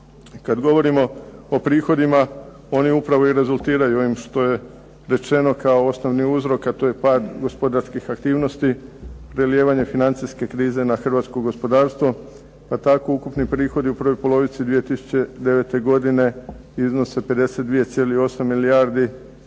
Kad govorimo o prihodima oni upravo i rezultiraju ovim što je rečeno kao osnovni uzrok a to je pad gospodarskih aktivnosti, prelijevanje financijske krize na hrvatsko gospodarstvo pa tako ukupni prihodi u prvoj polovici 2009. godine iznose 52,8 milijardi